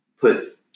put